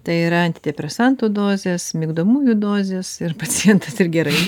tai yra antidepresantų dozės migdomųjų dozės ir pacientas ir gerai